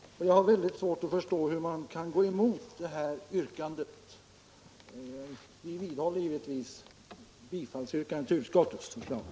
Jag har mycket svårt att förstå hur man kan gå emot yrkandet i fråga. Vi vidhåller givetvis yrkandet om bifall till utskottets hemställan.